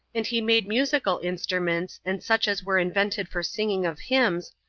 and he made musical instruments, and such as were invented for singing of hymns,